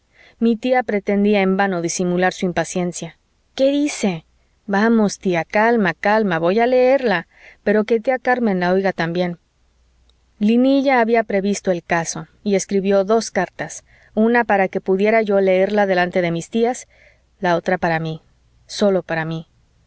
mi tía pretendía en vano disimular su impaciencia qué dice vamos tía calma calma voy a leerla pero que tía carmen la oiga también linilla había previsto el caso y escribió dos cartas una para que pudiera yo leerla delante de mis tías la otra para mí sólo para mí